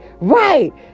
right